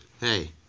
Hey